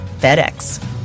FedEx